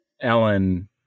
Ellen